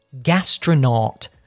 Gastronaut